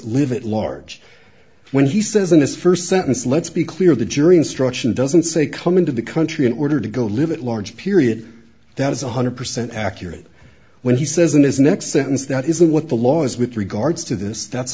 at large when he says in this first sentence let's be clear the jury instruction doesn't say come into the country in order to go live it large period that is one hundred percent accurate when he says in his next sentence that isn't what the law is with regards to this that's